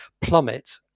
plummet